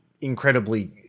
incredibly